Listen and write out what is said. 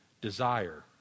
desire